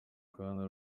bwana